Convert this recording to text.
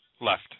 Left